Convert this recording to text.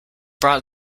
brought